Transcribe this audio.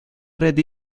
red